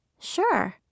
Sure